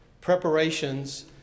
preparations